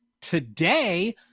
today